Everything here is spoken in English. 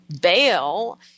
bail